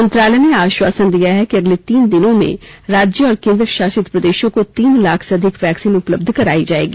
मंत्रालय ने आश्वासन दिया है कि अगले तीन दिनों में राज्यों और केन्द्रशासित प्रदेशों को तीन लाख से अधिक वैक्सीन उपलब्ध कराई जायेंगी